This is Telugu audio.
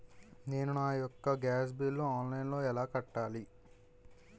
నేను నా యెక్క గ్యాస్ బిల్లు ఆన్లైన్లో ఎలా కట్టాలి?